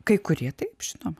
kai kurie taip žino